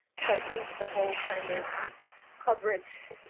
so i think the whole kind of coverage